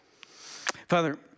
Father